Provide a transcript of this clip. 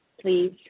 please